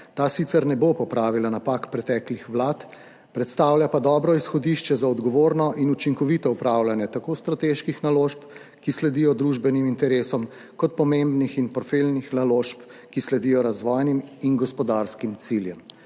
Ta sicer ne bo popravila napak preteklih vlad, predstavlja pa dobro izhodišče za odgovorno in učinkovito upravljanje tako strateških naložb, ki sledijo družbenim interesom, kot pomembnih in portfeljnih naložb, ki sledijo razvojnim in gospodarskim ciljem.